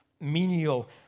menial